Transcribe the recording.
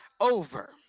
over